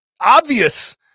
obvious